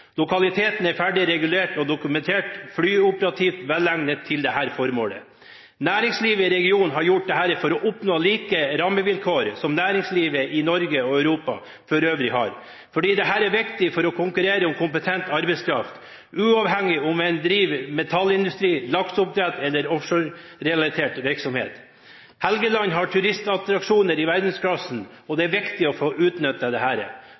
Lokaliteten er ferdig regulert og dokumentert flyoperativt velegnet til dette formålet. Næringslivet i regionen har gjort dette for å oppnå de samme rammevilkår som næringslivet i Norge og Europa for øvrig har, fordi dette er viktig for å konkurrere om kompetent arbeidskraft, uavhengig av om en driver med metallindustri, lakseoppdrett eller offshorerelatert virksomhet. Helgeland har turistattraksjoner i verdensklasse, og det er viktig å få utnyttet dette. Potensialet er enormt, og det